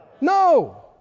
No